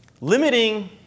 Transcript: limiting